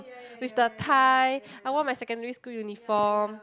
with the tie I wore my secondary school uniform